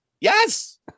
yes